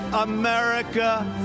America